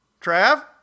Trav